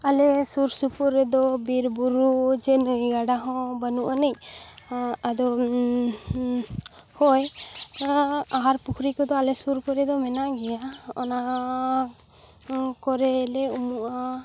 ᱟᱞᱮ ᱥᱩᱨᱩᱥᱩᱯᱩᱨ ᱨᱮᱫᱚ ᱵᱤᱨ ᱵᱩᱨᱩ ᱡᱮ ᱱᱟᱹᱭ ᱜᱟᱰᱟ ᱦᱚᱸ ᱵᱟᱹᱱᱩᱜ ᱟᱹᱱᱤᱡ ᱟᱫᱚ ᱦᱚᱭ ᱟᱦᱟᱨ ᱯᱩᱠᱷᱨᱤ ᱠᱚᱫᱚ ᱟᱞᱮ ᱥᱩᱨ ᱠᱚᱨᱮ ᱫᱚ ᱢᱮᱱᱟᱜ ᱜᱮᱭᱟ ᱚᱱᱟ ᱠᱚᱨᱮᱞᱮ ᱩᱢᱩᱜᱼᱟ